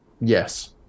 yes